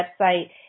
website